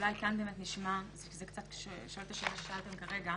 אולי כאן באמת נשמע זה קצת שואל את השאלה ששאלתם כרגע